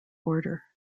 order